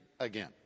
Again